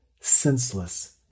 senseless